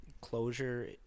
closure